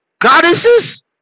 Goddesses